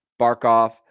Barkoff